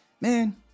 man